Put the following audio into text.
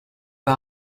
pas